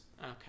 Okay